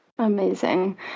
Amazing